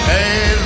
Hey